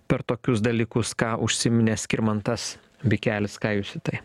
per tokius dalykus ką užsiminė skirmantas bikelis ką jūs į tai